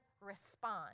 respond